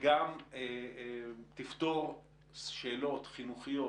וגם תפתור שאלות חינוכיות,